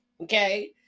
okay